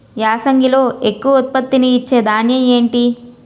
యాసంగిలో ఎక్కువ ఉత్పత్తిని ఇచే ధాన్యం ఏంటి?